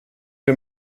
wir